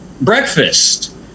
breakfast